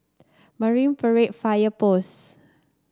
Marine Parade Fire Post